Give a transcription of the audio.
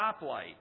stoplight